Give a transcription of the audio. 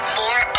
more